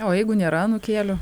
o jeigu nėra anūkėlių